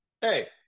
Hey